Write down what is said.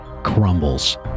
crumbles